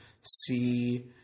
see